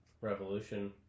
revolution